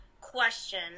question